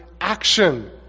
action